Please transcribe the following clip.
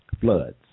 floods